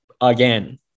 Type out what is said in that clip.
again